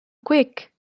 quick